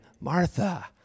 Martha